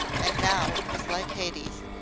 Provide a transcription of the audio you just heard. and now it was like hades,